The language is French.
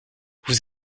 vous